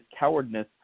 cowardness